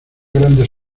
grandes